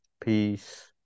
peace